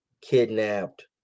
kidnapped